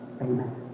Amen